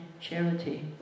charity